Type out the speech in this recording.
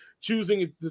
choosing